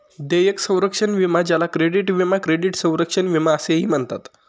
देयक संरक्षण विमा ज्याला क्रेडिट विमा क्रेडिट संरक्षण विमा असेही म्हणतात